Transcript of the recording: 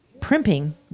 primping